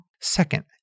Second